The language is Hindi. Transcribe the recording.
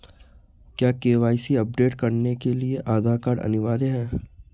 क्या के.वाई.सी अपडेट करने के लिए आधार कार्ड अनिवार्य है?